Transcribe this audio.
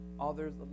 others